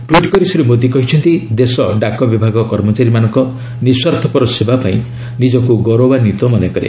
tweet କରି ଶ୍ରୀ ମୋଦି କହିଛନ୍ତି ଦେଶ ଡାକ ବିଭାଗ କର୍ମଚାରୀମାନଙ୍କ ନିଃସ୍ୱାର୍ଥପର ସେବାପାଇଁ ନିଜକୁ ଗୌରବାନ୍ୱିତ ମନେକରେ